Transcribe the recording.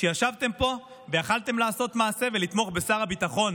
כשישבתם פה ויכולתם לעשות מעשה ולתמוך בשר הביטחון,